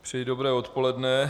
Přeji dobré odpoledne.